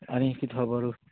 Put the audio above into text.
आनी कितें खोबोरू